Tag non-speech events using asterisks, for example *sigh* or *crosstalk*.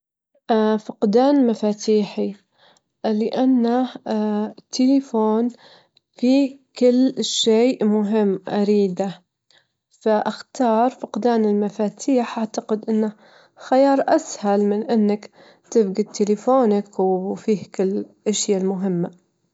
أول شي تمزجين السكر والزيت مع البيض، بعدهاتضيفين الدجيج والبيكنج بودر والفانيليا مع الحليب، تخلطينهم بشكل- *hesitation* بشكل متساوي، تصبين الخليط في قالب وتكونين دهنتينه، تخبزينه في فرن على مية وتمانين درجة لمدة تلاتين دجيجة.